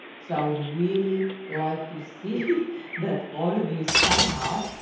so, i would really like to see that all of you somehow,